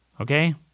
Okay